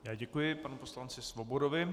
Já děkuji panu poslanci Svobodovi.